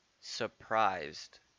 Surprised